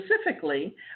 specifically